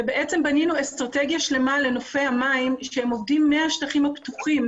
בנינו אסטרטגיה שלמה לנופי המים שעובדים מהשטחים הפתוחים,